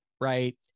right